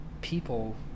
people